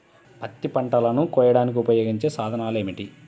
పత్తి పంటలను కోయడానికి ఉపయోగించే సాధనాలు ఏమిటీ?